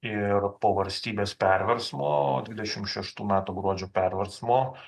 ir po valstybės perversmo dvidešim šeštų metų gruodžio perversmo